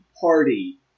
party